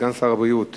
סגן שר הבריאות,